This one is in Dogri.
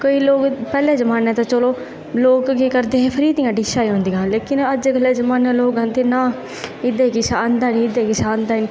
केईं लोग पैह्लें जमानै ते चलो लोग केह् करदे फ्री आह्लियां डिशां चली दियां हियां ते अज्जकल दे जमानै ई लोग गलांदे ना एह्दे ई किश आंदा निं एह्दे ई किश आंदा निं